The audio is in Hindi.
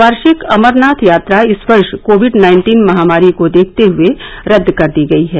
वार्षिक अमरनाथ यात्रा इस वर्ष कोविड नाइन्टीन महानारी को देखते हए रद्द कर दी गई है